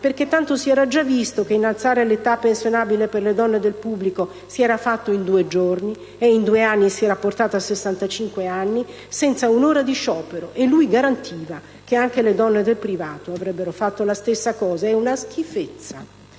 perché tanto si era già visto che innalzare l'età pensionabile per le donne del pubblico si era fatto in due giorni e in due anni si era portata a 65 anni senza un'ora di sciopero, garantendo che anche le donne del privato avrebbero fatto la stessa cosa. È una schifezza!